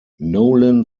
nolan